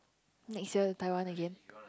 next year Taiwan again